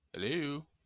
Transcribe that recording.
hello